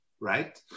right